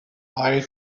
eye